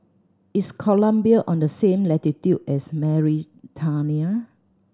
is Colombia on the same latitude as Mauritania